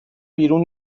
بیرون